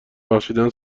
بخشیدن